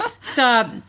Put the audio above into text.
Stop